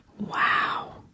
Wow